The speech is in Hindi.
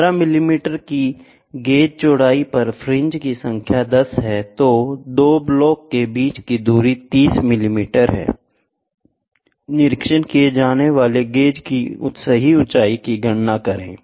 यदि 15 मिमी की गेज चौड़ाई पर फ्रिंज की संख्या 10 है तो 2 ब्लॉक के बीच की दूरी 30 मिमी है निरीक्षण किए जाने वाले गेज की सही ऊंचाई की गणना करें